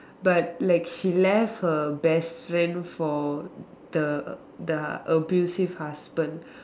but like she left her best friend for the the abusive husband